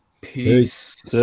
Peace